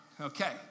Okay